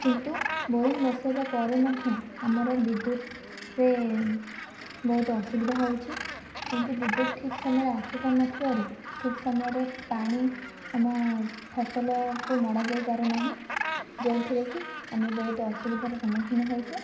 କିନ୍ତୁ ବୋରିଂ ବସାଇବା ପରେ ମଧ୍ୟ ଆମର ବିଦ୍ୟୁତରେ ବହୁତ ଅସୁବିଧା ହେଉଛି ଏମିତି ବିଦ୍ୟୁତ୍ ଠିକ୍ ସମୟରେ ଆସି ପାରୁନଥିବାରୁ ଠିକ୍ ସମୟରେ ପାଣି ଆମ ଫସଲକୁ ମଡ଼ାଯାଇ ପାରୁନାହିଁ ଯେଉଁଥିରେ କି ଆମେ ବହୁତ ଅସୁବିଧାର ସମ୍ମୁଖୀନ ହେଉଛୁ